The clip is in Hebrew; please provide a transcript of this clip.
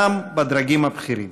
גם בדרגים הבכירים.